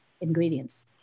ingredients